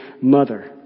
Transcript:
mother